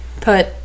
put